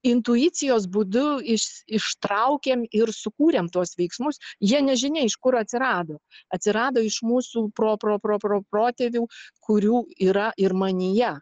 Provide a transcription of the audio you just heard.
intuicijos būdu iš ištraukėm ir sukūrėm tuos veiksmus jie nežinia iš kur atsirado atsirado iš mūsų pro pro pro pro protėvių kurių yra ir manyje